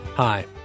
Hi